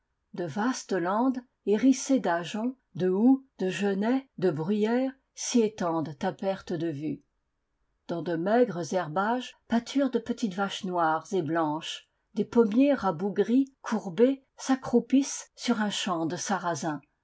de vastes landes hérissées d'ajoncs de houx de genêts de bruyères s'y étendent à perte de vue dans de maigres herbages pâturent de petites vaches noires et blanches des pommiers rabougris courbés s'accroupissent sur un champ de sarrazin